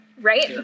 right